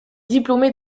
diplômé